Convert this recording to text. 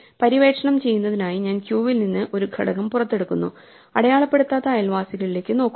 പര്യവേക്ഷണം ചെയ്യുന്നതിനായി ഞാൻ ക്യൂവിൽ നിന്ന് ഒരു ഘടകം പുറത്തെടുക്കുന്നു അടയാളപ്പെടുത്താത്ത അയൽവാസികളിലേക്ക് നോക്കുന്നു